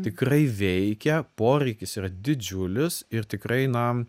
tikrai veikia poreikis yra didžiulis ir tikrai na